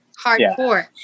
hardcore